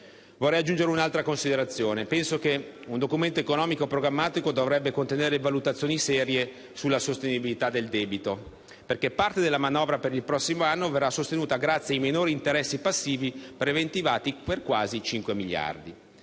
Vorrei aggiungere un'altra considerazione: penso che un documento economico e programmatico dovrebbe contenere valutazioni serie sulla sostenibilità del debito. Infatti parte della manovra per il prossimo anno verrà sostenuta grazie ai minori interessi passivi preventivati per quasi 5 miliardi.